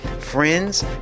friends